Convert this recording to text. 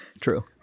True